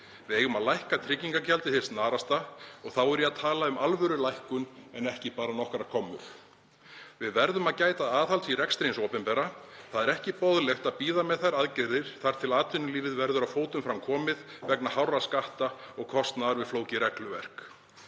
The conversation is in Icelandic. Við eigum að lækka tryggingagjaldið hið snarasta og þá er ég að tala um alvörulækkun en ekki bara nokkrar krónur. Við verðum að gæta aðhalds í rekstri hins opinbera. Það er ekki boðlegt að bíða með þær aðgerðir þar til atvinnulífið verður að fótum fram komið vegna hárra skatta og kostnaðar við flókið regluverk.